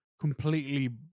completely